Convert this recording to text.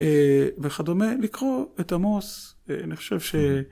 ‫וכדומה, לקרוא את עמוס, ‫אני חושב ש...